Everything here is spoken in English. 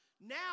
Now